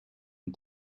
een